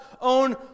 own